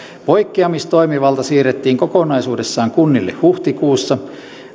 poikkeamistoimivalta siirrettiin kokonaisuudessaan kunnille huhtikuussa